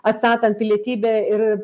atstatant pilietybę ir